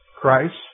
Christ